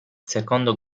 secondo